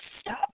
stop